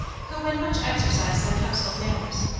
who, when much exercised on household matters,